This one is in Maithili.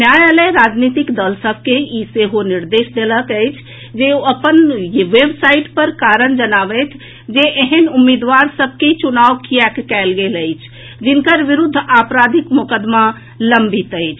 न्यायालय राजीनतिक दल सभ के ई सेहो निर्देश देलक अछि जे ओ अपन वेबसाईट पर कारण जनाबथि जे एहेन उम्मीदवार सभ के चुनाव किएक कयल गेल अछि जिनकर विरूद्ध आपराधिक मोकदमा लम्बित अछि